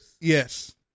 yes